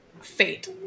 fate